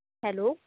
hello